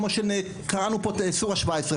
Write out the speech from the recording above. כמו שקראנו פה מתוך סורה 17,